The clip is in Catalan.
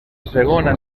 segona